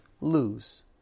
lose